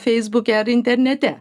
feisbuke ar internete